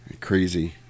Crazy